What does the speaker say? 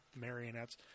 marionettes